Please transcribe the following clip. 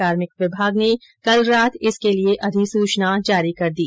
कार्मिक विभाग ने कल रात इसके लिये अधिसूचना जारी कर दी